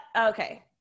okay